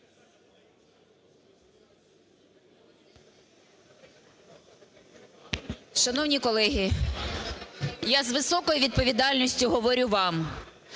Шановні колеги, я з високою відповідальністю говорю вам,